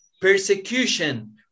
persecution